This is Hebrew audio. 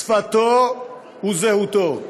שפתו וזהותו.